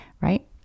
right